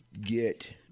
get